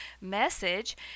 message